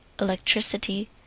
electricity